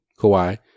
Kawhi